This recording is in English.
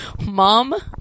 Mom